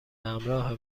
همراه